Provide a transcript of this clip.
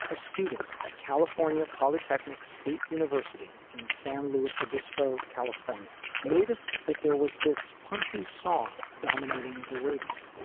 a student at california polytechnic state university in san luis obispo, california, noticed that there was this punchy song dominating the radio